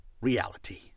reality